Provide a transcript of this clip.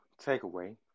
takeaway